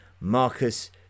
Marcus